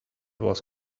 was